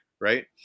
right